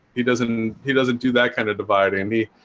he doesn't he doesn't do that kind of dividing me.